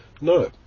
No